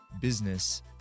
business